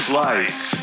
lights